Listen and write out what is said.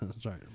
Sorry